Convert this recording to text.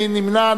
מי נמנע?